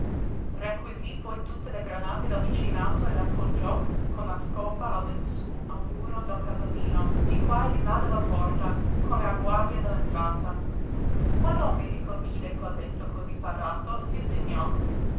sale requisí poi tutte le granate del vicinato e le appoggiò con la scopa all'insú al muro del casalino di qua e di là della porta come a guardia dell'entrata quando il medico vide quel letto cosí parato s'indignò